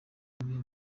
ibihe